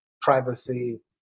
privacy